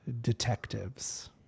detectives